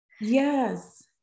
Yes